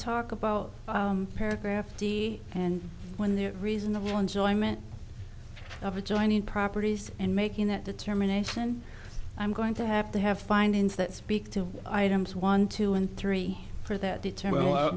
talk about paragraph d and when the reason the enjoyment of adjoining properties and making that determination i'm going to have to have findings that speak to items one two and three for that deter